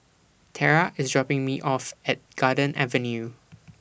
Terra IS dropping Me off At Garden Avenue